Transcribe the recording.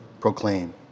proclaim